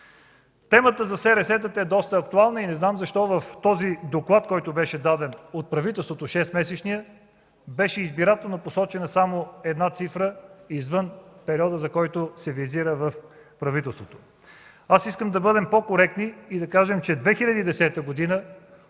Темата за СРС-тата е доста актуална и не знам защо в този доклад, който беше даден от правителството – 6-месечния, беше избирателно посочена само една цифра извън периода, за който се визира в правителството. Искам да бъдем по-коректни и да кажем, че през 2010